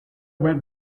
went